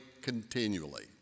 continually